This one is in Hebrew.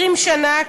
20 שנה,